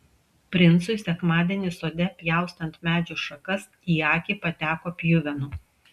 princui sekmadienį sode pjaustant medžių šakas į akį pateko pjuvenų